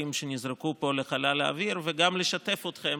שנזרקו פה לחלל האוויר וגם לשתף אתכם